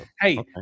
Hey